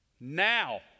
now